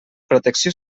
protecció